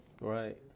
Right